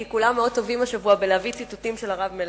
כי כולם מאוד טובים השבוע בהבאת ציטוטים של הרב מלמד,